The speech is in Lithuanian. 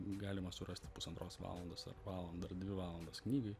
galima surasti pusantros valandos ar valandą ar dvi valandas knygai